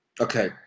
Okay